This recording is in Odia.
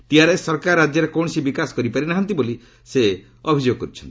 ଟିଆର୍ଏସ୍ ସରକାର ରାଜ୍ୟରେ କୌଣସି ବିକାଶ କରିପାରି ନାହାନ୍ତି ବୋଲି ସେ ଅଭିଯୋଗ କରିଛନ୍ତି